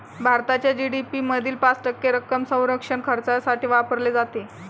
भारताच्या जी.डी.पी मधील पाच टक्के रक्कम संरक्षण खर्चासाठी वापरली जाते